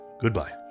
Goodbye